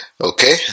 okay